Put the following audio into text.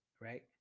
right